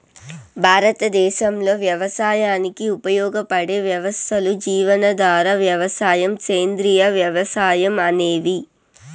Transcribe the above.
భారతదేశంలో వ్యవసాయానికి ఉపయోగపడే వ్యవస్థలు జీవనాధార వ్యవసాయం, సేంద్రీయ వ్యవసాయం అనేవి